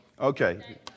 Okay